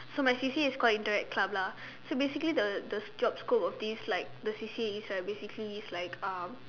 so my C_C_A is called interact club lah so basically the the job scope of this like the C_C_A is like basically it's like um